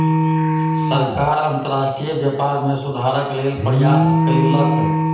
सरकार अंतर्राष्ट्रीय व्यापार में सुधारक लेल प्रयास कयलक